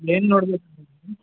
ಏನು ನೋಡಬೇಕಂತಿದ್ದೀರಿ